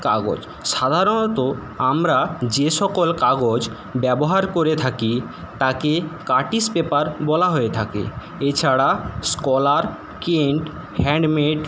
কাগজ সাধারণত আমরা যে সকল কাগজ ব্যবহার করে থাকি তাকে কার্টিজ পেপার বলা হয়ে থাকে এছাড়া স্কলার কেন্ট হ্যান্ডমেড